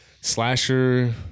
slasher